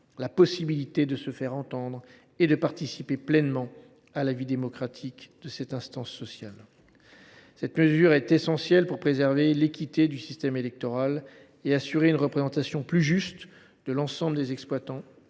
la possibilité de se faire entendre et de participer pleinement à la vie démocratique de cette instance sociale. Cette mesure est essentielle pour préserver l’équité du système électoral et assurer une représentation plus juste de l’ensemble des exploitants,